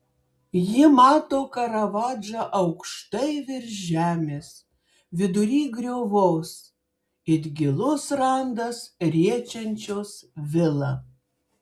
ji mato karavadžą aukštai virš žemės vidury griovos it gilus randas riečiančios vilą